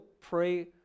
pray